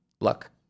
luck